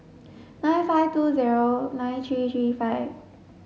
nine five two zero nine three three five